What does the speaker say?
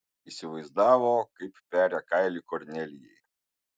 įsivaizdavo kaip peria kailį kornelijai